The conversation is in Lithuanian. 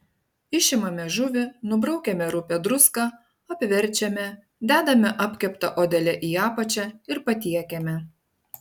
išimame žuvį nubraukiame rupią druską apverčiame dedame apkepta odele į apačią ir patiekiame